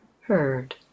heard